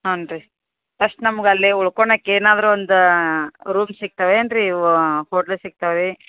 ಹ್ಞಾ ರೀ ಫಷ್ಟ್ ನಮ್ಗೆ ಅಲ್ಲೇ ಉಳ್ಕೊಳಕ್ ಏನಾದರು ಒಂದು ರೂಮ್ ಸಿಗ್ತಾವೆ ಏನು ರೀ ಹೋಟ್ಲ್ ಸಿಗ್ತಾವೆ